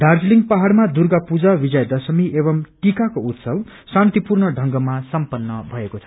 दार्जीलिङ पहाड़मा दुर्गा पुजा विजया दशमी एंव टिकाको उत्सव शान्तिपूर्ण ढंगमा सम्पन्न भएको छ